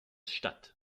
statt